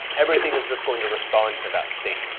everything is just going to respond to that state.